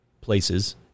places